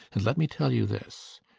and let me tell you this.